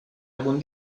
algún